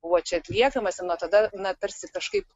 buvo čia atliekamas nuo tada na tarsi kažkaip